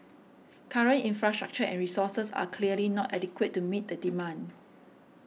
current infrastructure and resources are clearly not adequate to meet the demand